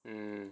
mm